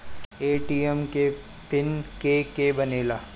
ATM के pin के के बनेला?